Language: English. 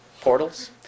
Portals